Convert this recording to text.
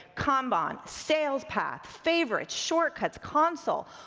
combine, sales path, favorites, short cuts, console.